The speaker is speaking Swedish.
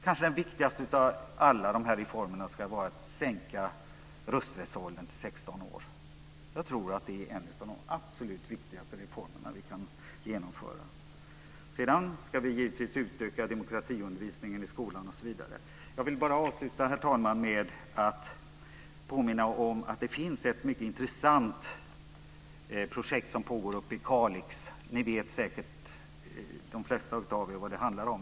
Den viktigaste av alla de här reformerna som vi kan genomföra är kanske att sänka rösträttsåldern till Givetvis ska vi också utöka demokratiundervisningen i skolan osv. Herr talman! Jag vill avsluta med att påminna om att det finns ett mycket intressant projekt som pågår uppe i Kalix. De flesta av er vet säkert vad det handlar om.